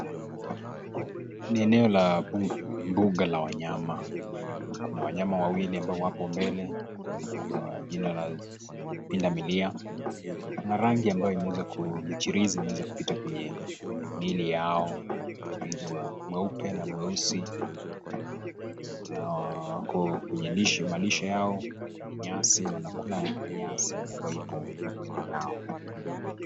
Ni eneo la mbuga la wanyama. Kuna wanyama wawili ambao wapo mbele kwa jina la pundamilia. Kuna rangi ambayo imeweza, kuna michirizi ambayo imeweza kupita kwenye miili yao; mchirizi wa mweupe na mweusi, wako kwenye malisho yao; kwenye nyasi wanakula nyasi ambayo ipo mbele yao.